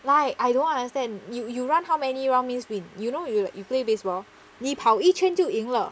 like I don't understand you you run how many round means win you know you will like you play baseball 你跑一圈就赢了